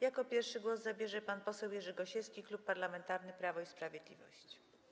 Jako pierwszy głos zabierze pan poseł Jerzy Gosiewski, Klub Parlamentarny Prawo i Sprawiedliwość.